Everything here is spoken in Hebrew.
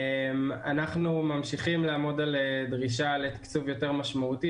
אנחנו ממשיכים לעמוד על דרישה לתיקצוב יותר משמעותי